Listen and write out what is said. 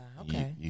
okay